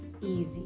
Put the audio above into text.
Easy